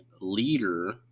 leader